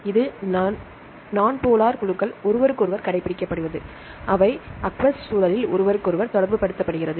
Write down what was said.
இந்த non polar குழுக்கள் ஒருவருக்கொருவர் கடைபிடிக்கப்படுவது அவை அக்வஸ் சூழலில் ஒருவருக்கொருவர் தொடர்பு படுத்துகிறது